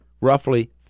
roughly